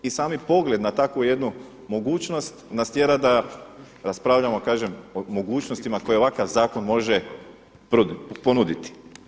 I sami pogleda na takvu jednu mogućnost nas tjera da raspravljamo o mogućnostima koje ovakav zakon može ponuditi.